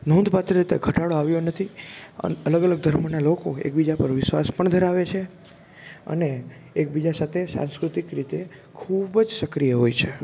નોંધ પાત્ર રીતે ઘટાડો આવ્યો નથી અલગ અલગ ધર્મના લોકો એકબીજા પર વિશ્વાસ પણ ધરાવે છે અને એકબીજા સાથે સાંસ્કૃતિક રીતે ખૂબ જ સક્રિય હોય છે